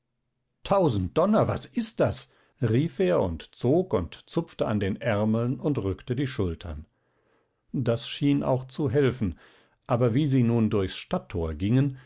tausend donner was ist das rief er und zog und zupfte an den ärmeln und rückte die schultern das schien auch zu helfen aber wie sie nun durchs stadttor gingen